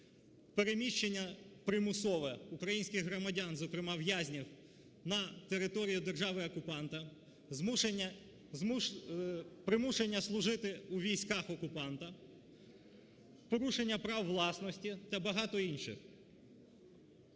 переміщення примусове українських громадян, зокрема, в'язнів, на територію держави-окупанта, примушення служити у військах окупанта, порушення прав власності та багато інших.